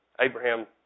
Abraham